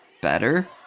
better